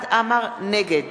נגד